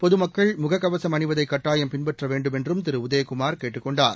பொதுமக்கள் முக கவசும் அணிவதை கட்டாயம் பின்பற்ற வேண்டுமென்றும் திரு உதயகுமார் கேட்டுக் கொண்டார்